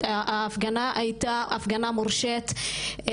ההפגנה הייתה הפגנה מורשת,